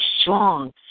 strong